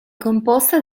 composta